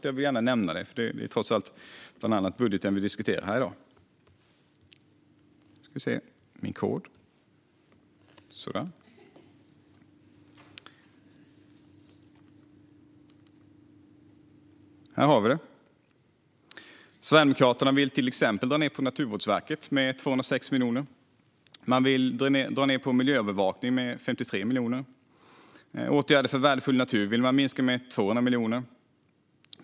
Jag vill nämna detta, för det är trots allt bland annat budgeten som vi diskuterar här i dag. Sverigedemokraterna vill till exempel dra ned på Naturvårdsverket med 206 miljoner. Man vill dra ned på miljöövervakningen med 53 miljoner. Åtgärder för värdefull natur vill man minska med 200 miljoner.